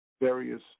various